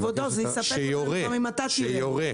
כבודו, זה יספק אותנו גם אם אתה תראה.